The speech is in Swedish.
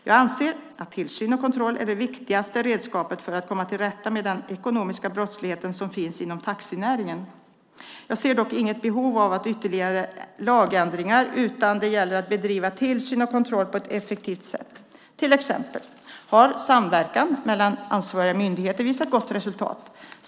Jag anser att tillsyn och kontroll är det viktigaste redskapet för att komma till rätta med den ekonomiska brottslighet som finns inom taxinäringen. Jag ser dock inget behov av ytterligare lagändringar, utan det gäller att bedriva tillsyn och kontroll på ett effektivt sätt. Till exempel har samverkan mellan ansvariga myndigheter visat gott resultat.